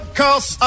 cause